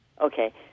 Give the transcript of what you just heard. Okay